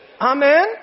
Amen